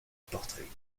portrait